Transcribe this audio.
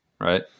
right